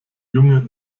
junge